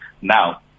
Now